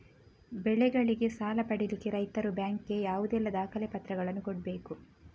ಬೆಳೆಗಳಿಗೆ ಸಾಲ ಪಡಿಲಿಕ್ಕೆ ರೈತರು ಬ್ಯಾಂಕ್ ಗೆ ಯಾವುದೆಲ್ಲ ದಾಖಲೆಪತ್ರಗಳನ್ನು ಕೊಡ್ಬೇಕು?